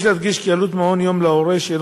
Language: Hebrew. יש להדגיש כי עלות מעון יום להורה שאינו